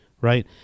right